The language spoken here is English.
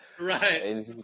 Right